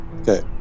Okay